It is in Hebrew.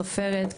סופרת,